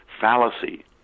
fallacy